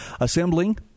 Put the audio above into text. assembling